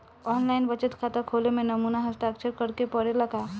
आन line बचत खाता खोले में नमूना हस्ताक्षर करेके पड़ेला का?